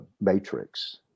matrix